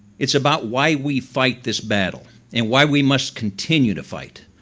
it's about why we fight this battle and why we must continue to fight,